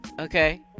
Okay